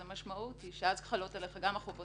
המשמעות היא שאז חלות עליך גם החובות